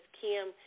Kim